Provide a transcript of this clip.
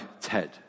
ted